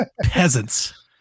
peasants